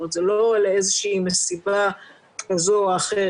זאת אומרת, זה לא לאיזושהי מסיבה כזו או אחרת,